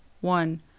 one